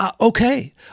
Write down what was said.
okay